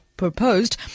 proposed